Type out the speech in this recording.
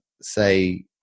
say